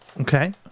Okay